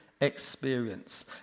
Experience